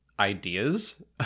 ideas